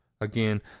again